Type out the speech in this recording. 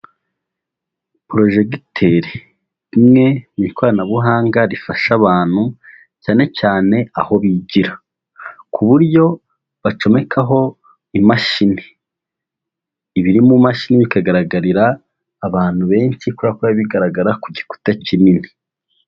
Projecteur imwe mu ikoranabuhanga rifasha abantu, cyane cyane aho bigira. Ku buryo bacomekaho imashini, ibiri mu mashini bikagaragarira abantu benshi, kubera ko biba bigaragara ku gikuta kinini.